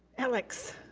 alex.